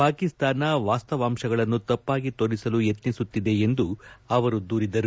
ಪಾಕಿಸ್ತಾನ ವಾಸ್ತಾವಾಂಶಗಳನ್ನು ತಪ್ಪಾಗಿ ತೋರಿಸಲು ಯತ್ನಿಸುತ್ತಿದೆ ಎಂದು ಅವರು ದೂರಿದರು